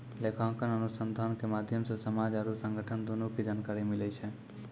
लेखांकन अनुसन्धान के माध्यम से समाज आरु संगठन दुनू के जानकारी मिलै छै